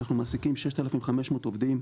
אנחנו מעסיקים 6,500 עובדים,